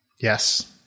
Yes